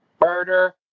murder